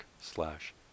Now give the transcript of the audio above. slash